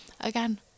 again